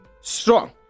strong